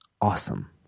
Awesome